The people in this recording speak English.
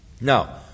Now